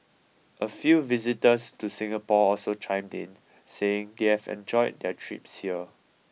a few visitors to Singapore also chimed in saying they've enjoyed their trips here